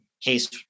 case